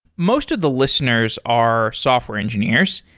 most of the listeners are software engineers,